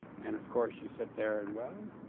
and of course, you sit there and, well,